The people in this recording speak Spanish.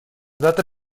date